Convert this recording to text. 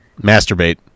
Masturbate